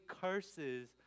curses